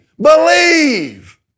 believe